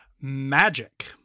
Magic